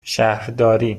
شهرداری